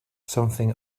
something